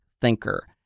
thinker